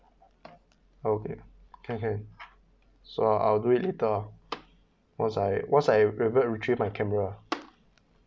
okay can can so I I will do it later uh once I once I revert retrieved my camera